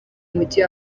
mujyi